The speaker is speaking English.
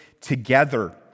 together